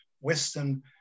Western